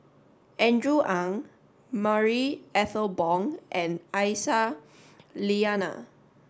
Andrew Ang Marie Ethel Bong and Aisyah Lyana